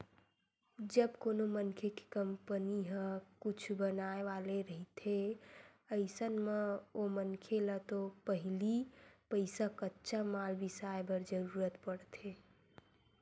जब कोनो मनखे के कंपनी ह कुछु बनाय वाले रहिथे अइसन म ओ मनखे ल तो पहिली पइसा कच्चा माल बिसाय बर जरुरत पड़थे